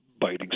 biting